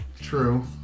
True